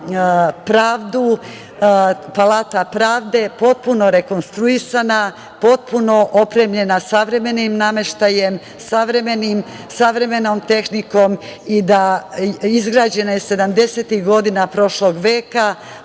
pravdu, Palata pravde potpuno rekonstruisana, potpuno opremljena savremenim nameštajem, savremenom tehnikom. Izgrađena je 70-tih godina prošlog veka,